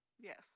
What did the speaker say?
Yes